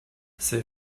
c’est